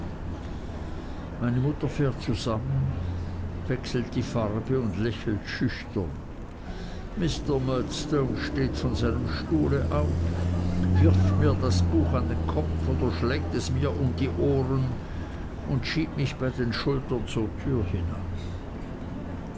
meine mutter fährt zusammen wechselt die farbe und lächelt schüchtern mr murdstone steht von seinem stuhl auf wirft mir das buch an den kopf oder schlägt es mir um die ohren und schiebt mich bei den schultern zur tür hinaus